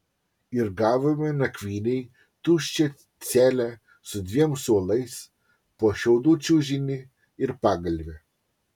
ir gavome nakvynei tuščią celę su dviem suolais po šiaudų čiužinį ir pagalvę